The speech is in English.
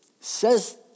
says